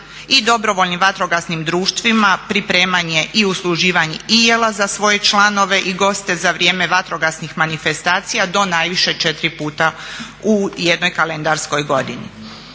i dobrovoljnim vatrogasnim društvima, pripremanje i usluživanje i jela za svoje članove i goste za vrijeme vatrogasnih manifestacija do najviše 4 puta u jednoj kalendarskoj godini.